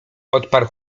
odparł